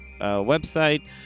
website